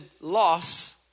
loss